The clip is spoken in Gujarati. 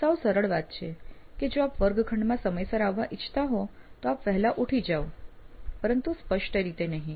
સાવ સરળ વાત છે કે જો આપ વર્ગખંડમાં સમયસર આવવા ઇચ્છતા હો તો આપ વહેલા ઉઠી જાઓ પરંતુ સ્પષ્ટ રીતે નહિ